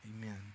amen